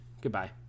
Goodbye